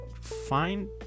find